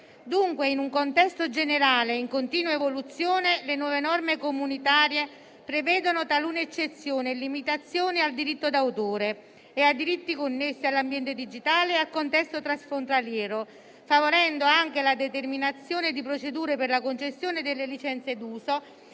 Dunque, in un contesto generale in continua evoluzione, le nuove norme comunitarie prevedono talune eccezioni e limitazioni al diritto d'autore e ai diritti connessi all'ambiente digitale e al contesto transfrontaliero, favorendo anche la determinazione di procedure per la concessione delle licenze d'uso,